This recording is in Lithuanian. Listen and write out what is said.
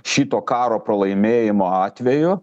šito karo pralaimėjimo atveju